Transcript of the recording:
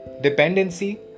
dependency